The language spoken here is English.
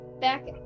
back